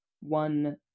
one